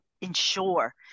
ensure